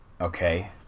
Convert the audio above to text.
Okay